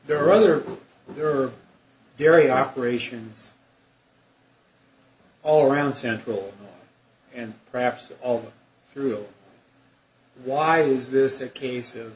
there are other there are very operations all around central and perhaps all through why is this a case of